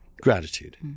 gratitude